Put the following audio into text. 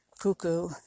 cuckoo